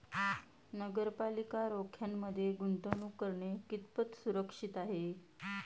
नगरपालिका रोख्यांमध्ये गुंतवणूक करणे कितपत सुरक्षित आहे?